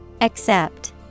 Accept